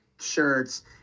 shirts